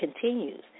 continues